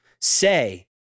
say